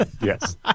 Yes